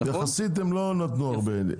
יחסית הם לא נתנו הרבה.